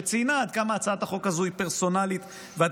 שציינה עד כמה הצעת החוק הזאת היא פרסונלית ועד